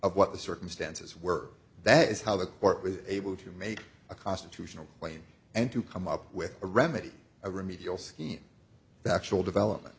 of what the circumstances were that is how the court was able to make a constitutional claim and to come up with a remedy a remedial scheme the actual development